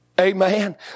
Amen